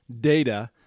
data